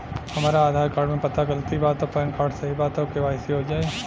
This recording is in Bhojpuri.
हमरा आधार कार्ड मे पता गलती बा त पैन कार्ड सही बा त के.वाइ.सी हो जायी?